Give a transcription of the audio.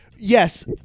Yes